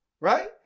right